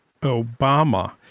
Obama